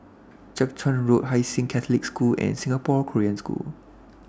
Jiak Chuan Road Hai Sing Catholic School and Singapore Korean School